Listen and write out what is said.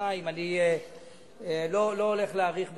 51(2); אני לא הולך להאריך בדיבור.